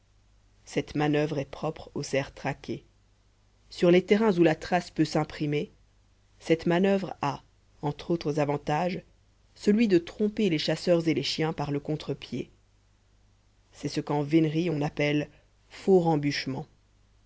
cette manoeuvre est propre au cerf traqué sur les terrains où la trace peut s'imprimer cette manoeuvre a entre autres avantages celui de tromper les chasseurs et les chiens par le contre-pied c'est ce qu'en vénerie on appelle faux